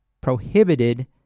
prohibited